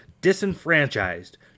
disenfranchised